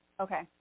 Okay